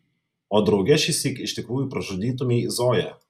o drauge šįsyk iš tikrųjų pražudytumei zoją